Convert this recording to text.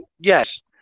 Yes